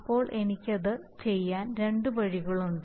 അപ്പോൾ എനിക്ക് അത് ചെയ്യാൻ രണ്ട് വഴികളുണ്ട്